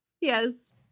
Yes